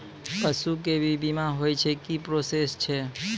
पसु के भी बीमा होय छै, की प्रोसेस छै?